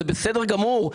זה בסדר גמור,